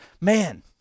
man